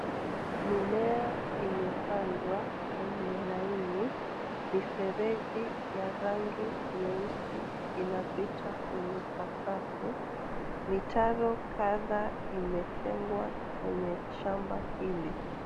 Mimea imepandwa kwenye laini. Mifereji ya rangi nyeupe inapita kwenye sakafu. Mitaro kadha imetegwa kwenye shamba hili.